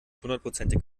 hundertprozentig